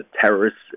terrorists